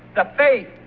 the fatih,